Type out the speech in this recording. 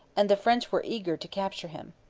and the french were eager to capture him.